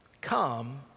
Come